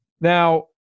Now